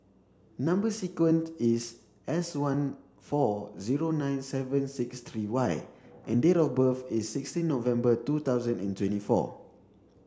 number sequence is S one four zero nine seven six three Y and date of birth is sixteen November two thousand and twenty four